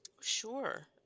Sure